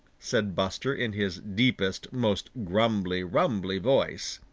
said buster in his deepest, most grumbly-rumbly voice.